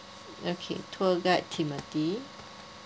okay tour guide timothy